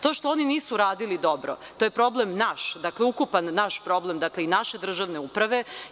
To što oni nisu radili dobro, to je problem naš, dakle, ukupan naš problem i naše državne uprave.